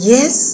Yes